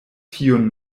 tiun